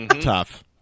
Tough